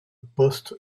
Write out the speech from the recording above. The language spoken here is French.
poste